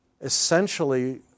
essentially